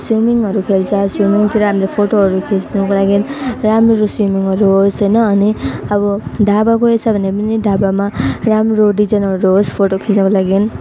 स्विमिङहरू खेल्छ स्विमिङतिर हाम्रो फोटोहरू खिच्नको लागि राम्रो स्विमिङहरू होस् होइन अनि अब ढाबा गइएछ भने पनि ढाबामा राम्रो डिजाइनहरू होस् फोटो खिच्नको लागि